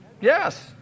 Yes